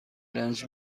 رنج